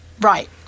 right